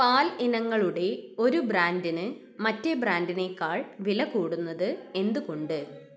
പാൽ ഇനങ്ങളുടെ ഒരു ബ്രാൻഡിന് മറ്റേ ബ്രാൻഡിനേക്കാൾ വിലകൂടുന്നത് എന്തുകൊണ്ട്